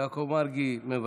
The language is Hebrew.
יעקב מרגי, מוותר,